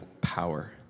power